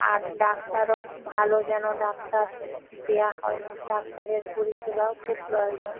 আর ডাক্তারও ভালো যেন ডাক্তার দেয়া হয় ডাক্তারের পরিষেবাও খুব প্রয়োজন